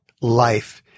life